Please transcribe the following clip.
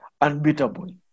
unbeatable